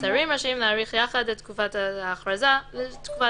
השרים רשאים להאריך יחד את תקופת ההכרזה לתקופות